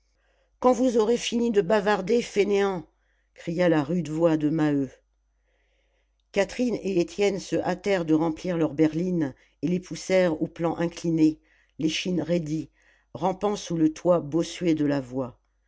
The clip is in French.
quand vous aurez fini de bavarder fainéants cria la rude voix de maheu catherine et étienne se hâtèrent de remplir leurs berlines et les poussèrent au plan incliné l'échine raidie rampant sous le toit bossué de la voie